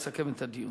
יסכם את הדיון.